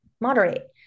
moderate